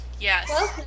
yes